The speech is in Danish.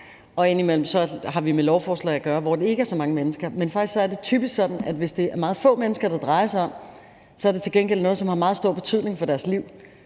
og indimellem har vi med lovforslag at gøre, hvor det ikke omfatter så mange mennesker. Men faktisk er det typisk sådan, at hvis det er meget få mennesker, det drejer sig om, så er det til gengæld noget, som har meget stor betydning for deres liv,